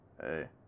hey